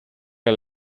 que